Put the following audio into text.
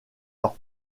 leurs